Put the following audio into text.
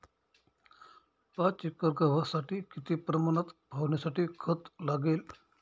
पाच एकर गव्हासाठी किती प्रमाणात फवारणीसाठी खत लागेल?